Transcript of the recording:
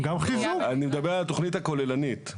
אני מדבר על התכנית הכוללנית.